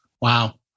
Wow